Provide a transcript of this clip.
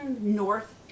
north